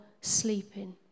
sleeping